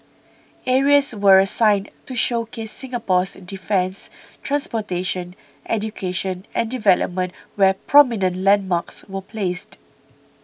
areas were assigned to showcase Singapore's defence transportation education and development where prominent landmarks were placed